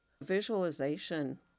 Visualization